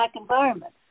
environment